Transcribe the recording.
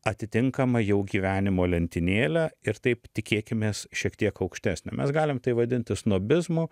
atitinkamą jau gyvenimo lentynėlę ir taip tikėkimės šiek tiek aukštesnę mes galim tai vadintų snobizmu